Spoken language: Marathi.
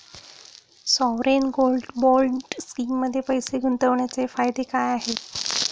सॉवरेन गोल्ड बॉण्ड स्कीममध्ये पैसे गुंतवण्याचे फायदे काय आहेत?